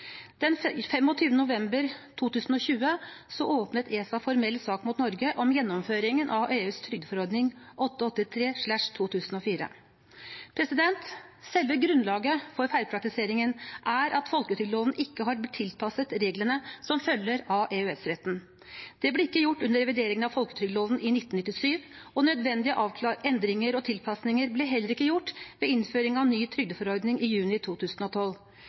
november 2020 åpnet ESA formell sak mot Norge om gjennomføringen av EUs trygdeforordning 883/2004. Selve grunnlaget for feilpraktiseringen er at folketrygdloven ikke har blitt tilpasset reglene som følger av EØS-retten. Det ble ikke gjort under revideringen av folketrygdloven i 1997, og nødvendige endringer og tilpasninger ble heller ikke gjort ved innføring av ny trygdeforordning i juni 2012.